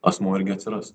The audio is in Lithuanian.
asmuo irgi atsiras